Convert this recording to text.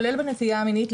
כולל בנטייה המינית,